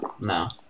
No